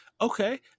Okay